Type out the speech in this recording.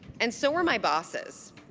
and so were my bosses.